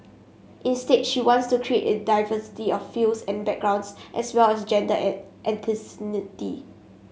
instead she wants to create a diversity of fields and backgrounds as well as gender and ethnicity